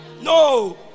No